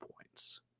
points